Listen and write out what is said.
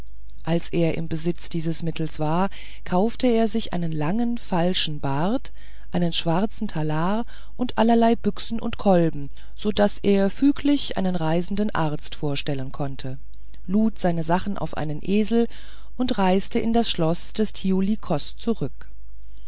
als er im besitz dieses mittels war kaufte er sich einen langen falschen bart einen schwarzen talar und allerlei büchsen und kolben so daß er füglich einen reisenden arzt vorstellen konnte lud seine sachen auf einen esel und reiste in das schloß des thiuli kos zurück